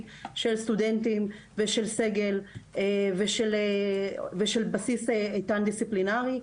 של סטודנטים ושל סגל ושל בסיס איתן דיסציפלינרי.